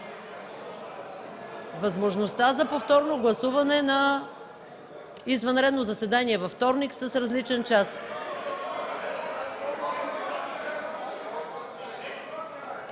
възможността за повторно гласуване за извънредно заседание във вторник с различен час.